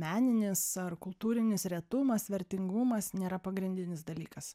meninis ar kultūrinis retumas vertingumas nėra pagrindinis dalykas